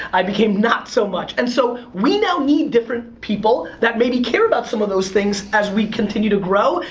i became not so much. and so we now need different people that maybe care about some of those things as we continue to grow,